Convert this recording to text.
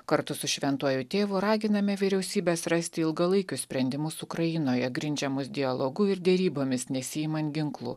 kartu su šventuoju tėvu raginame vyriausybes rasti ilgalaikius sprendimus ukrainoje grindžiamus dialogu ir derybomis nesiimant ginklų